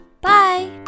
Bye